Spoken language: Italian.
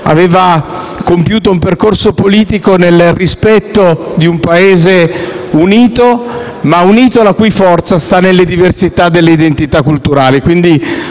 aveva compiuto un percorso politico nel rispetto di un Paese unito, la cui forza sta però nelle diversità delle identità culturali. Quindi